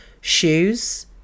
shoes